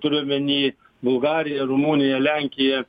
turiu omeny bulgariją rumuniją lenkiją